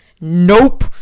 NOPE